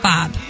Bob